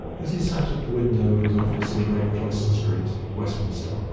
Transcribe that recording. as he sat at the window of his office in great cloister street, westminster,